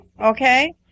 okay